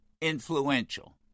influential